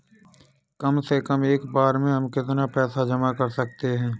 कम से कम एक बार में हम कितना पैसा जमा कर सकते हैं?